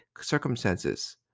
circumstances